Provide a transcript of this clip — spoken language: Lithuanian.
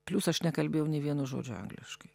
plius aš nekalbėjau nė vieno žodžio angliškai